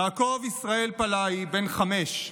יעקב ישראל פאלי, בן חמש,